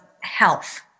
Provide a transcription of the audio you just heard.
health